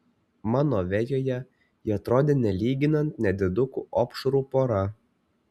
mano vejoje jie atrodė nelyginant nedidukų opšrų pora